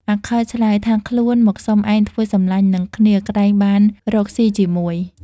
អាខិលឆ្លើយ ថាខ្លួនមកសុំឯងធ្វើសំឡាញ់នឹងគ្នាក្រែងបានរកស៊ីជាមួយ។